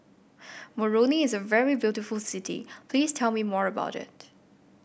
Moroni is a very beautiful city please tell me more about it